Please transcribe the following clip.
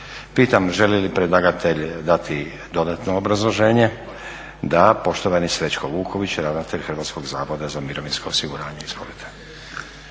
Pitam želi li predlagatelj dati dodatno obrazloženje? Da. Poštovani Srećko Vuković, ravnatelj Hrvatskog zavoda za mirovinsko osiguranje. Izvolite.